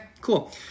cool